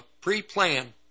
pre-plan